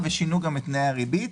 ושינו את פני הריבית.